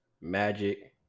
Magic